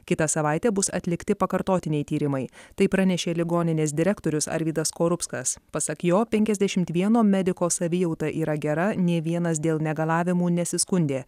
kitą savaitę bus atlikti pakartotiniai tyrimai tai pranešė ligoninės direktorius arvydas skorupskas pasak jo penkiasdešimt vieno mediko savijauta yra gera nė vienas dėl negalavimų nesiskundė